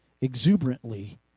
exuberantly